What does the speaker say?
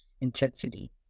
intensity